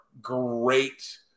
great